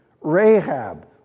Rahab